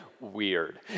weird